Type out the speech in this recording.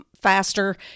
faster